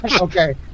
Okay